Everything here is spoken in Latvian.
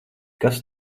kas